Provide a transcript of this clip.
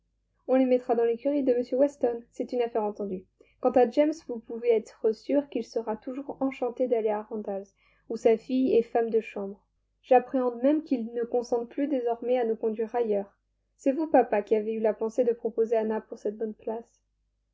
on les mettra dans l'écurie de m weston c'est une affaire entendue quant à james vous pouvez être sûr qu'il sera toujours enchanté d'aller à randalls où sa fille est femme de chambre j'appréhende même qu'il ne consente plus désormais à nous conduire ailleurs c'est vous papa qui avez eu la pensée de proposer anna pour cette bonne place